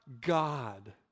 God